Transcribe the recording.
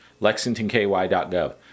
lexingtonky.gov